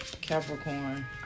Capricorn